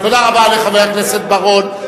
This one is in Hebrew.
תודה רבה לחבר הכנסת בר-און.